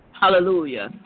Hallelujah